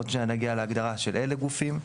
עוד שניה נגיע להגדרה של אילו גופים,